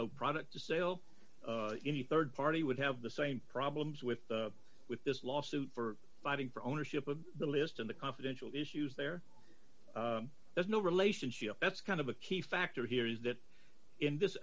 no product to sale any rd party would have the same problems with the with this lawsuit for fighting for ownership of the list in the confidential issues there is no relationship that's kind of a key factor here is that in this